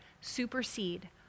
supersede